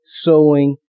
sewing